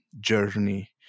journey